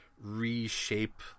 reshape